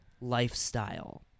lifestyle